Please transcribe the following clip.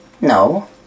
No